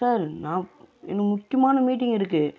sir நான் எனக்கு முக்கியமான மீட்டிங் இருக்குது